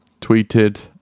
tweeted